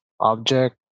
object